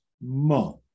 Month